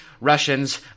Russians